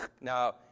Now